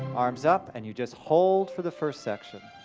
arms up, and you just hold for the first section.